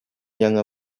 younger